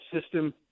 system